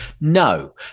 No